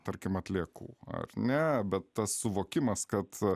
tarkim atliekų ar ne bet tas suvokimas kad